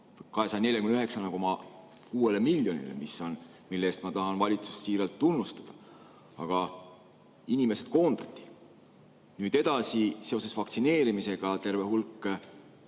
249,6 miljonist, mille eest ma tahan valitsust siiralt tunnustada. Aga inimesed koondati. Nüüd edasi, seoses vaktsineerimisega terve hulk